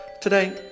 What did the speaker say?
Today